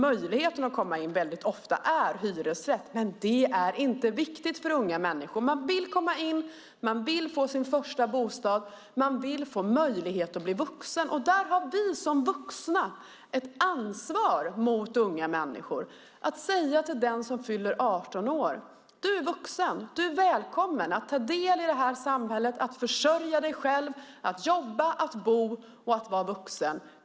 Möjligheten att komma in är ofta genom en hyresrätt, men det är inte viktigt för unga människor. Man vill komma in, få sin första bostad och få möjlighet att bli vuxen. Här har vi vuxna ett ansvar gentemot unga människor. Vi måste kunna säga till den som fyller 18 år: Du är vuxen. Du är välkommen att ta del av samhället, att försörja dig själv och att bo på egen hand.